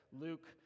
Luke